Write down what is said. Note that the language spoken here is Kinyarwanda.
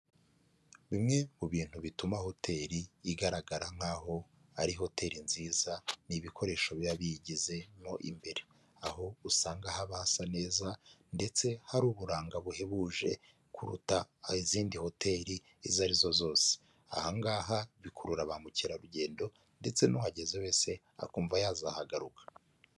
Bimwe mu bintu bituma hoteli igaragara nkaho ari hoteli nziza ni ibikoresho biba bigize mo imbere aho usanga haba hasa neza ndetse hari uburanga buhebuje kuruta izindi hoteli izo ari zo zose aha ngaha bikurura ba mukerarugendo ndetse nuhageze wese akumva yazagaruka.